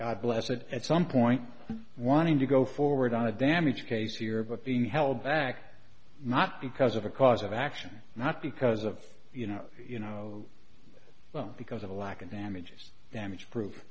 god bless it at some point wanting to go forward on a damage case here but being held back not because of a cause of action not because of you know you know because of a lack of damages damage pro